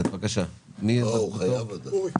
משפט אחרון: יש מס על המלאי,